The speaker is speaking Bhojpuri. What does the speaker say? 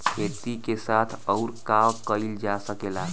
खेती के साथ अउर का कइल जा सकेला?